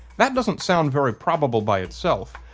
that doesn't sound very probable by itself,